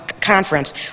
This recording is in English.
conference